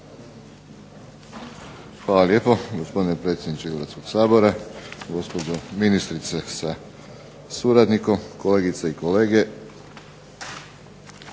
Hvala lijepo gospodine predsjedniče Hrvatskog sabora, gospođo ministrice sa suradnikom, kolegice i kolege.